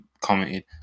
commented